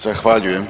Zahvaljujem.